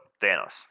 Thanos